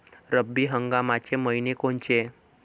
रब्बी हंगामाचे मइने कोनचे?